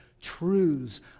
truths